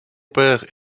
père